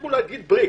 תפסיקו להגיד בריק